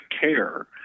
care